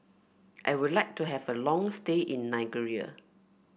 I would like to have a long stay in Nigeria